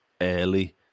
early